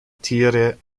tiere